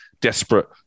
desperate